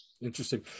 Interesting